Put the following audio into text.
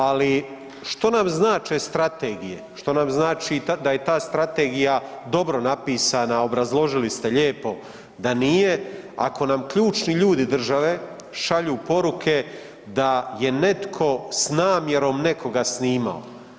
Ali što nam znače strategije, što nam znači da je ta strategija dobro napisana, obrazložili ste lijepo da nije, ako nam ključni ljudi države šalju poruke da je netko s namjerom nekoga snimao.